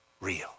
real